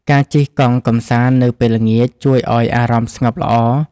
ការជិះកង់កម្សាន្តនៅពេលល្ងាច ជួយឱ្យអារម្មណ៍ស្ងប់ល្អ។